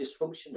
dysfunctional